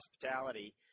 hospitality